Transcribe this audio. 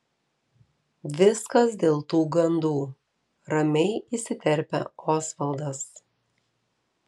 viskas dėl tų gandų ramiai įsiterpia osvaldas